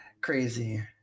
Crazy